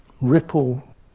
ripple